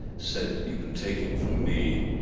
said, you can take it from me,